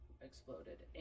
exploded